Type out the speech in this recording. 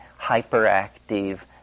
hyperactive